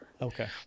Okay